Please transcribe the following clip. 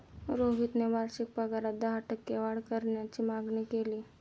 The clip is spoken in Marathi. रोहितने वार्षिक पगारात दहा टक्के वाढ करण्याची मागणी केली